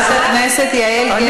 חברת הכנסת יעל גרמן.